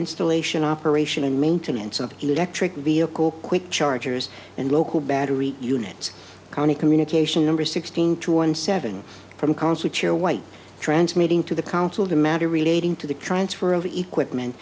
installation operation and maintenance of electric vehicle quick chargers and local battery units county communication number sixteen to one seven from council chair white transmitting to the council the matter relating to the transfer of equ